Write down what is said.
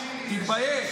תתבייש.